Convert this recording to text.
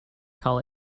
call